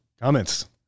Comments